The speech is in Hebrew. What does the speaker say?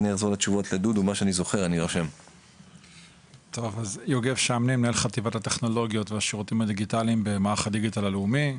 אני מנהל חטיבת הטכנולוגיות והשירותים הדיגיטליים במערך הדיגיטל הלאומי.